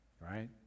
Right